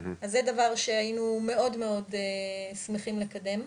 אז דבר שהיינו מאוד מאוד שמחים לקדם.